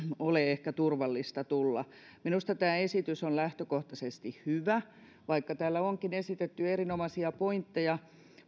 ole ehkä turvallista tulla minusta tämä esitys on lähtökohtaisesti hyvä ja vaikka täällä onkin esitetty erinomaisia pointteja